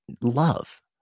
love